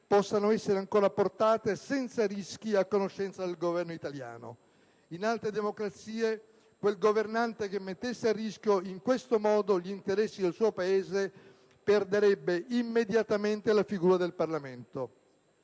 possano essere ancora portate senza rischi a conoscenza del Governo italiano. In altre democrazie quel governante che mettesse a rischio in questo modo gli interessi del suo Paese perderebbe immediatamente la fiducia del Parlamento.